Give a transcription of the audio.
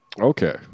Okay